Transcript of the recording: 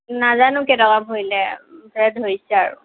নাজানো কেই টকা ভৰিলে মুঠতে ধৰিছে আৰু